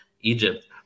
Egypt